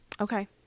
Okay